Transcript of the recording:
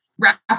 wrap